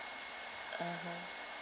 (uh huh)